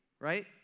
right